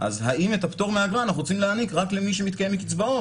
אז האם את הפטור מאגרה אנחנו רוצים להעניק רק למי שמתקיים מקצבאות,